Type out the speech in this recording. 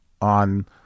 on